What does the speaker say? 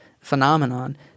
phenomenon